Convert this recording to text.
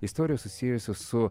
istorijų susijusių su